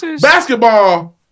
basketball